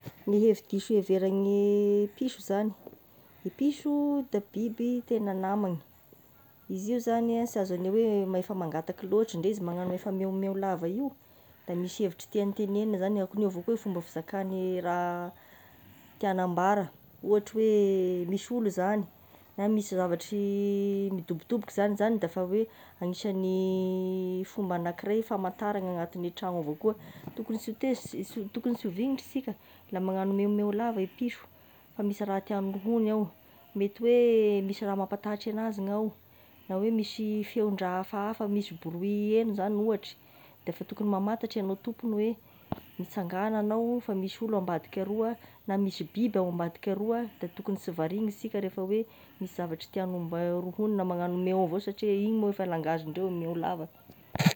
Ny hevi-diso heveran'ny piso zany i piso da biby tegna namagny, izy io zany a sy azagne hoe le efa mangataky loatry ndre izy magnano efa meo meo lava io, da misy hevitry tiany tegnenina zagny akogne avao koa fomba fizakany ny raha tiany ambara, ohatry oe misy olo zany, na misy zavatry midobodoboka zany zagny da efa oe agnisany fomba anakiray famantarana agnatiny tragno avao koa tokony tsy ho tezitra- tokony tsy ho vignitra isika da magnao meo meo lava i piso, fa misy raha tiàny horohonigny ao, mety oe misy raha mampatahotra anazy gnao na oe misy feon-draha hafahafa na oe misy bruit heno zany ohatry d'efa tokony mamantatry anao tompony oe mitsanganao agnao fa misy olo ambadika aroa, na misy biby ao ambadika aroa, da tokony tsy variana isika raha oe misy zavatra tiagny hombany- horohogniny magnano meo satria igny moa efa langage n'ireo meo lava.